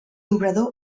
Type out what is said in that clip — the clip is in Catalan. obrador